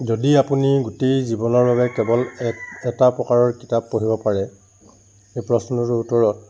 যদি আপুনি গোটেই জীৱনৰ বাবে কেৱল এক এটা প্ৰকাৰৰ কিতাপ পঢ়িব পাৰে এই প্ৰশ্নটোৰ উত্তৰত